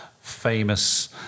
famous